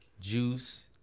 Juice